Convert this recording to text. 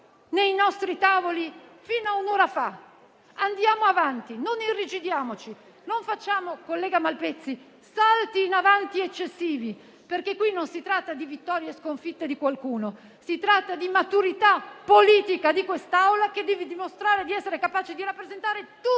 nei nostri tavoli fino ad un'ora fa, andiamo avanti non irrigidiamoci. Non facciamo, collega Malpezzi, salti in avanti eccessivi perché qui non si tratta di vittorie e sconfitte di qualcuno, si tratta di maturità politica di quest'Aula che deve dimostrare di essere capace di rappresentare tutti e non